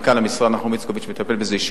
מנכ"ל המשרד נחום איצקוביץ מטפל בזה אישית.